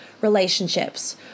relationships